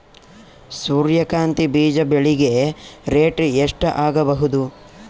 ಸೂರ್ಯ ಕಾಂತಿ ಬೀಜ ಬೆಳಿಗೆ ರೇಟ್ ಎಷ್ಟ ಆಗಬಹುದು?